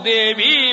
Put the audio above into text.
Devi